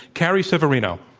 carrie severino.